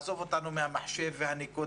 עזוב אותנו מהמחשב והניקוד,